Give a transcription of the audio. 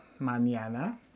mañana